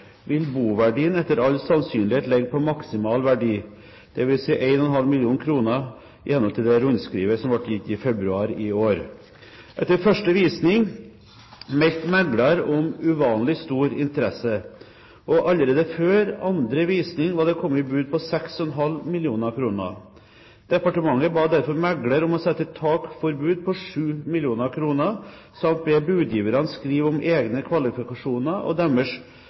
vil boverdien etter all sannsynlighet ligge på maksimal verdi, dvs. 1,5 mill. kr i henhold til rundskrivet fra februar i år. Etter første visning meldte megleren om uvanlig stor interesse, og allerede før andre visning var det kommet bud på 6,5 mill. kr. Departementet ba derfor megleren om å sette et tak for bud på 7 mill. kr samt å be budgiverne skrive om egne kvalifikasjoner og